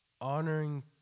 honoring